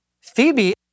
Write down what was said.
Phoebe